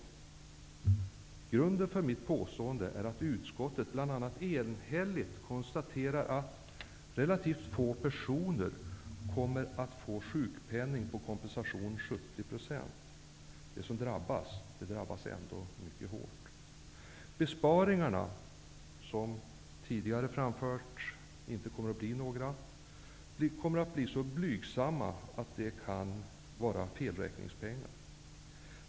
Grunden för mitt påstående är att utskottet bl.a. enhälligt har konstaterat följande: -- Relativt få personer kommer att få sjukpenning på kompensationsnivå 70 %. De som drabbas, drabbas ändå mycket hårt. -- Besparingarna -- det har tidigare framförts att det inte kommer att bli några -- kommer att bli så blygsamma att det kan vara felräkningspengar.